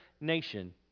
nation